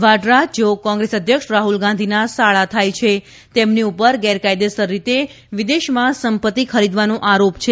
વાડરા જેઓ કોંગ્રેસ અધ્યક્ષ રાહુલ ગાંધીના સાળા થાય છે તેમની ઉપર ગેરકાયદેસર રીતે વિદેશમાં સંપત્તિ ખરીદવાનો આરોપ છે